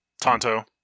Tonto